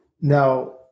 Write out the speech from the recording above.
Now